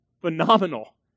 phenomenal